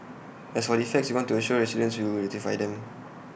as for defects we want to assure residents we will rectify them